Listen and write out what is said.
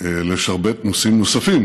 לשרבב נושאים נוספים,